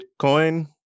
Bitcoin